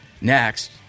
next